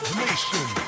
nation